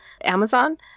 Amazon